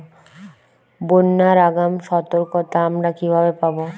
বন্যার আগাম সতর্কতা আমরা কিভাবে পাবো?